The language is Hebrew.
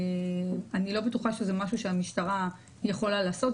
אני לא בטוחה שזה משהו שהמשטרה יכולה לעשות,